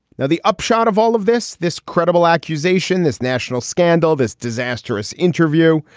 now, the upshot of all of this, this credible accusation, this national scandal, this disastrous interview,